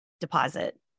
deposit